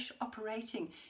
operating